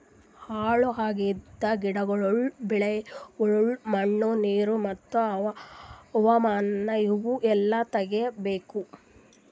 ಹಾಳ್ ಆಗಿದ್ ಗಿಡಗೊಳ್, ಬೆಳಿಗೊಳ್, ಮಣ್ಣ, ನೀರು ಮತ್ತ ಹವಾಮಾನ ಇವು ಎಲ್ಲಾ ತೆಗಿಬೇಕು